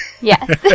yes